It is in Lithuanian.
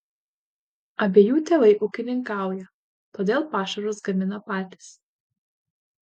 abiejų tėvai ūkininkauja todėl pašarus gamina patys